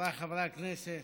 חבריי חברי הכנסת,